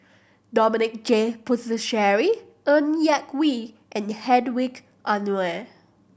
Dominic J Puthucheary Ng Yak Whee and Hedwig Anuar